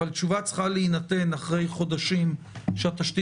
אבל תשובה צריכה להינתן אחרי חודשים שהתשתית